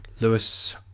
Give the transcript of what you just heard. Lewis